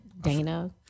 Dana